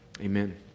amen